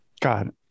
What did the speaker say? God